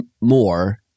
more